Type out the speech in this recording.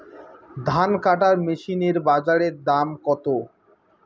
ধান কাটার মেশিন এর বাজারে দাম কতো?